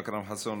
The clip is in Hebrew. אכרם חסון,